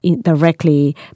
directly